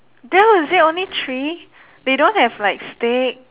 that was it only three they don't have like steak